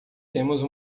temos